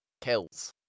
kills